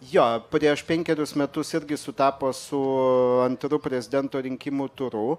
jo prieš penkerius metus irgi sutapo su antru prezidento rinkimų turu